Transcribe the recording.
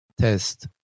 test